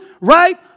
right